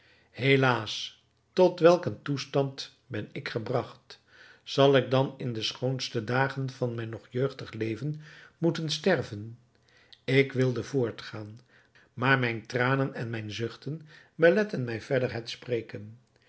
helaas tot welk een toestand ben ik gebragt zal ik dan in de schoonste dagen van mijn nog jeugdig leven moeten sterven ik wilde voortgaan maar mijne tranen en mijne zuchten beletten mij verder het spreken